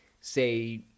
say